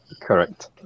Correct